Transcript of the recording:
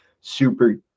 super